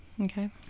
Okay